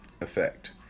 effect